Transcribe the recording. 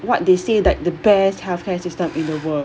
what they say like the best healthcare system in the world